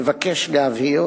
נבקש להבהיר